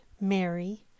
Mary